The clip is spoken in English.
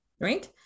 Right